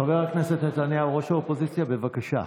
חבר הכנסת ראש האופוזיציה, בבקשה.